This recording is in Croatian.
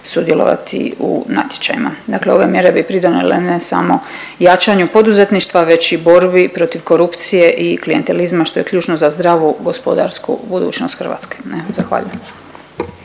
sudjelovati u natječajima. Dakle ove mjere bi pridonijele ne samo jačanju poduzetništva već i borbi protiv korupcije i klijentelizma što je ključno za zdravu gospodarsku budućnost Hrvatske. Evo, zahvaljujem.